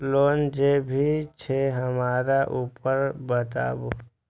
Loan जे भी छे हमरा ऊपर बताबू?